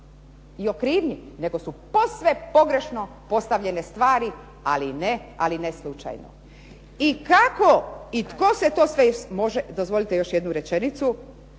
i o krivnji nego su posve pogrešno postavljene stvari, ali ne slučajno. I kako i tko se to sve može, dozvolite još jednu rečenicu